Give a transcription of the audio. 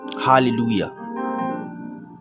hallelujah